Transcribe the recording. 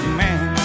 man